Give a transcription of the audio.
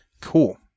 Cool